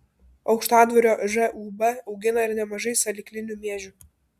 aukštadvario žūb augina ir nemažai salyklinių miežių